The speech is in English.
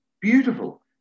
beautiful